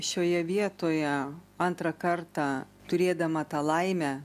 šioje vietoje antrą kartą turėdama tą laimę